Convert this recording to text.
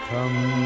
Come